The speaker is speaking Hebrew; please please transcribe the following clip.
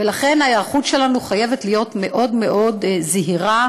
ולכן, ההיערכות שלנו חייבת להיות מאוד מאוד זהירה,